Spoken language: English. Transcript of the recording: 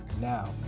now